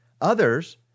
Others